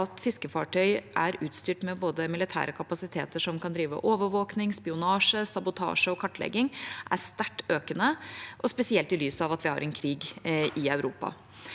at fiskefartøy er utstyrt med militære kapasiteter som kan drive overvåkning, spionasje, sabotasje og kartlegging, er sterkt økende, spesielt i lys av at vi har en krig i Europa.